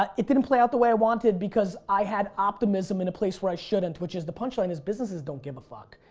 ah it didn't play out the way wanted because i had optimism in a place where i shouldn't which is the punchline is businesses don't get a fuck.